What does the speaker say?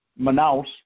Manaus